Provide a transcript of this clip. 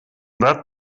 that